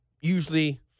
usually